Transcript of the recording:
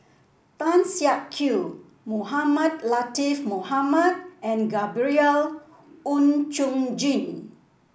Tan Siak Kew Mohamed Latiff Mohamed and Gabriel Oon Chong Jin